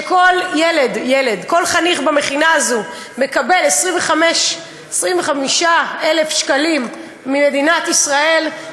כשכל חניך במכינה הזאת מקבל 25,000 שקלים ממדינת ישראל,